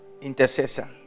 intercessor